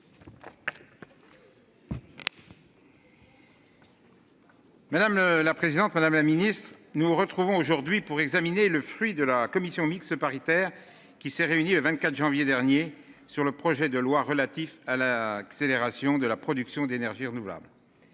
Madame la présidente, madame la ministre, nous retrouvons aujourd'hui pour examiner le fruit de la commission mixte paritaire qui s'est réunie le 24 janvier dernier sur le projet de loi relatif à l'accélération de la production d'énergies renouvelables.